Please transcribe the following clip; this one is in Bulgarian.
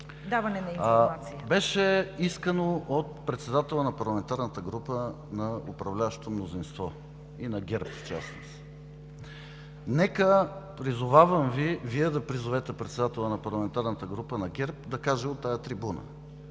…беше искано от председателя на парламентарната група на управляващото мнозинство и на ГЕРБ в частност. Призовавам Ви Вие да призовете председателя на парламентарната група на ГЕРБ да каже от тази трибуна